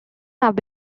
have